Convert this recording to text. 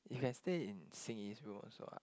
you can stay in Xin-Yi room also what